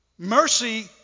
Mercy